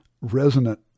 resonant